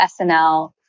SNL